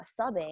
subbing